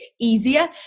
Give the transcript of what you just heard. easier